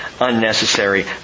unnecessary